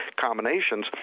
combinations